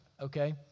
Okay